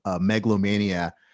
megalomania